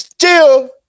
Chill